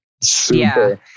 Super